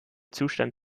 zustand